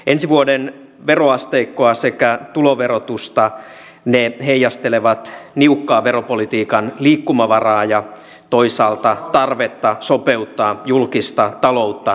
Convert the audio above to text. ensi vuoden veroasteikko sekä tuloverotus heijastelevat niukkaa veropolitiikan liikkumavaraa ja toisaalta tarvetta sopeuttaa julkista taloutta etupainotteisesti